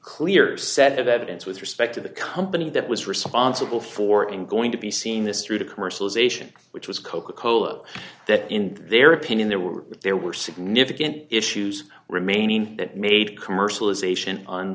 clear set of evidence with respect to the company that was responsible for in going to be seeing this through to commercialization which was coca cola that in their opinion there were there were significant issues remaining that made commercialization on